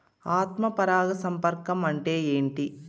ఆత్మ పరాగ సంపర్కం అంటే ఏంటి?